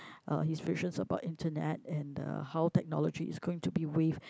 uh his visions about internet and how uh technology is going to be wave